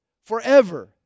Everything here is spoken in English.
forever